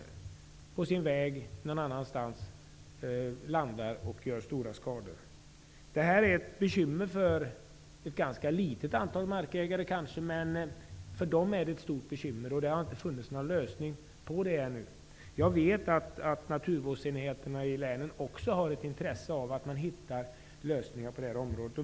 På sin väg någon annanstans landar fåglarna och åstadkommer stora skador. Det här är ett bekymmer för ett kanske ganska litet antal markägare, men för dem är det ett stort bekymmer och det har ännu inte hittats någon lösning på det. Jag vet att naturvårdsenheterna i länen också har ett intresse av att man hittar lösningar på det här området.